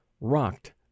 rocked